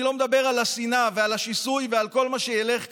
אני לא מדבר על השנאה ועל השיסוי ועל כל מה שילך כאן.